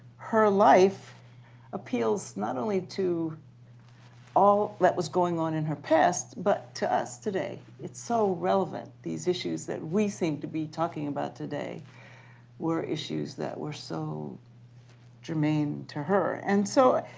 her life appeals not only to all that was going on in her past, but to us today. it's so relevant. these issues that we seem to be talking about today were issues that were so germane to her. and so,